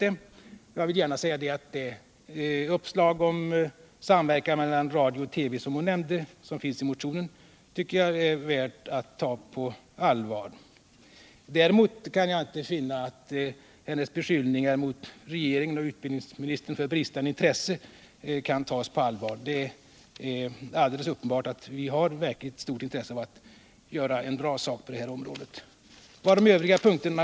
Men jag vill gärna säga att de uppslag om samverkan mellan radio och TV som hon nämnde och som det talas om i motionen, tycker jag är värda att ta på allvar. Däremot kan jag inte finna att hennes beskyllningar mot regeringen och utbildningsministern för bristande intresse kan tas på allvar. Det är alldeles uppenbart att de har ett verkligt stort intresse av att göra bra ifrån sig på detta område.